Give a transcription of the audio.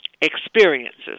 experiences